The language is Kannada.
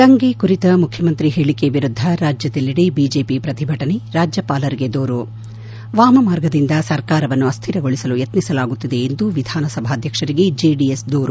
ದಂಗೆ ಕುರಿತ ಮುಖ್ಯಮಂತ್ರಿ ಹೇಳಿಕೆ ವಿರುದ್ಧ ರಾಜ್ಯದೆಲ್ಲೆಡೆ ಬಿಜೆಪಿ ಪ್ರತಿಭಟನೆ ರ ರಾಜ್ಯಪಾಲರಿಗೆ ದೂರು ವಾಮ ಮಾರ್ಗದಿಂದ ಸರ್ಕಾರವನ್ನು ಅಸ್ವಿರಗೊಳಿಸಲು ಯತ್ನಿಸಲಾಗುತ್ತಿದೆ ಎಂದು ವಿಧಾನಸಭಾಧ್ಯಕ್ಷರಿಗೆ ಜೆಡಿಎಸ್ ದೂರು